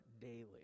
daily